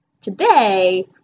today